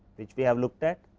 which we have looked at,